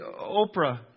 Oprah